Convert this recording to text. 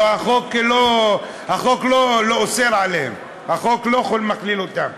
לא, לא, החוק לא אוסר עליהם, החוק לא מכליל אותם.